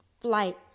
flight